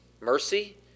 Mercy